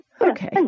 Okay